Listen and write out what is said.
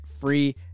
free